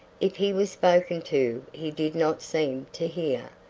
if he was spoken to he did not seem to hear,